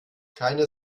keine